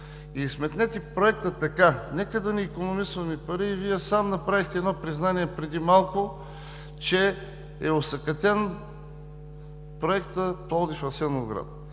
Сметнете проекта така: нека да не икономисваме пари. Вие сам направихте едно признание преди малко, че е осакатен проектът „Пловдив – Асеновград“.